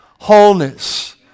Wholeness